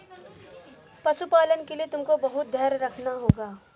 पशुपालन के लिए तुमको बहुत धैर्य रखना होगा